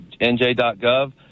NJ.gov